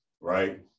right